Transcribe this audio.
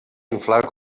inflar